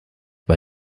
bei